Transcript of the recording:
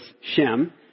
Shem